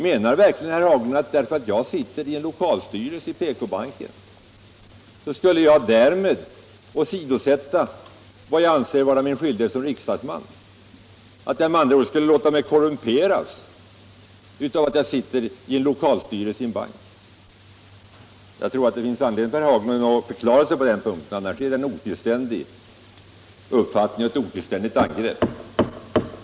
Menar verkligen herr Haglund att därför att jag sitter i en lokalstyrelse i PK-banken borde jag åsidosätta vad jag anser vara min skyldighet som riksdagsman och med andra ord låta mig korrumperas av att jag sitter i en banks lokalstyrelse? Jag tycker att det finns anledning för herr Haglund att förklara sig på den punkten — annars framstår det hela som ett otillständigt angrepp.